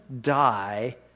die